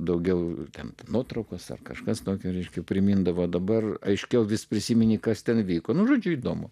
daugiau ten nuotraukose kažkas tokia ryški primindavo dabar aiškiau vis prisimeni kas ten vyko nužudžiau įdomu